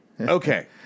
Okay